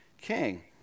king